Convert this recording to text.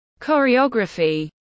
choreography